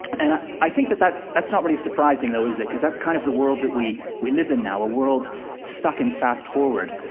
and i i think that that that's not really surprising though, is it? because that's kind of the world that we we live in now, a world stuck in fast-forward.